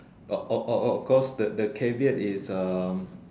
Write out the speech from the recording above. of of of of course the the caveat is um